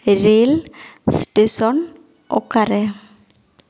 rail station ᱚᱠᱟᱨᱮ